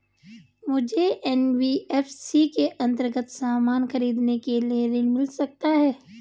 मुझे एन.बी.एफ.सी के अन्तर्गत सामान खरीदने के लिए ऋण मिल सकता है?